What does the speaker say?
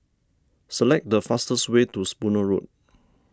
select the fastest way to Spooner Road